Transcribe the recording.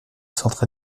centre